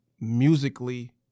musically